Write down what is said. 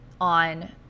on